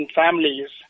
families